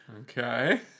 Okay